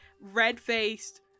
red-faced